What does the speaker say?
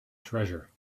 treasure